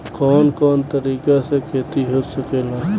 कवन कवन तरीका से खेती हो सकेला